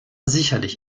sicherlich